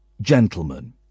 gentlemen